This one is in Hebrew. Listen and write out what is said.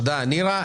תודה נירה.